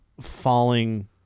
falling